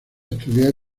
estudiar